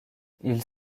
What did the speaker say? ils